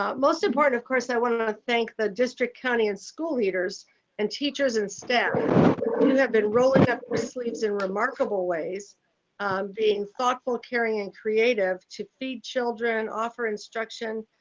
um most important of course, i want to thank the district, county, and school leaders and teachers and and have been rolling up our sleeves in remarkable ways being thoughtful, caring, and creative to feed children, offer instruction,